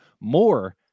more